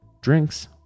drinks